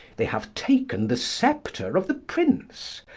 they have taken the sceptre of the prince.